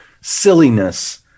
silliness